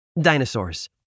Dinosaurs